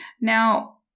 Now